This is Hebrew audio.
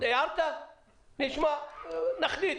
הערת, נשמע, נחליט,